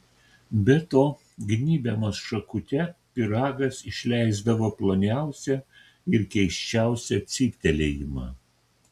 be to gnybiamas šakute pyragas išleisdavo ploniausią ir keisčiausią cyptelėjimą